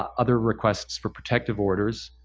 other requests for protective orders.